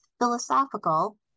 philosophical